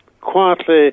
quietly